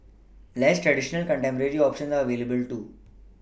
less traditional contemporary options are available too